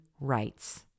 rights